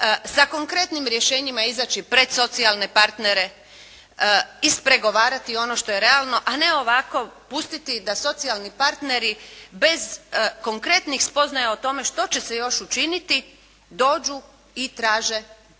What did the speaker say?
sa konkretnim rješenjima izaći pred socijalne partnere, ispregovarati ono što je realno, a ne ovako pustiti da socijalni partneri bez konkretnih spoznaja o tome što će se još učiniti, dođu i traže najbolja